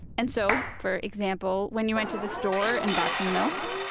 and so, for example, when you went to the store and bought some milk.